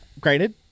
Granted